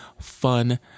fun